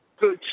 good